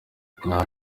nta